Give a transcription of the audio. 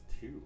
two